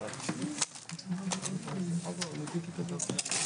הישיבה נעולה.